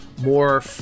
more